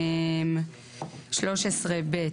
13 ב',